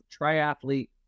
triathlete